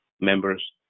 members